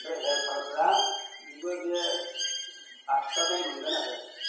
ओमफ्राय हेलपारफ्रा बिबो बे आतथाखाखौनो मोनगोन आरो